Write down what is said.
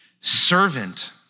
servant